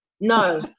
no